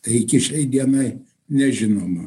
tai iki šiai dienai nežinoma